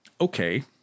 okay